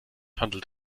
handelt